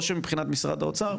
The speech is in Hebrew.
או שמבחינת משרד האוצר,